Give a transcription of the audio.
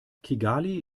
kigali